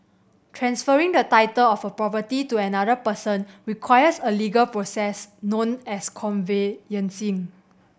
transferring the title of a property to another person requires a legal process known as conveyancing